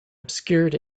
obscured